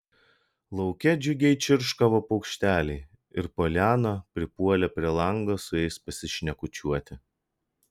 lauke džiugiai čirškavo paukšteliai ir poliana pripuolė prie lango su jais pasišnekučiuoti